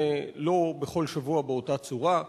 זה לא בכל שבוע באותה צורה.